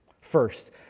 First